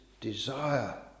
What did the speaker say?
desire